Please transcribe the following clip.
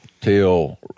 Till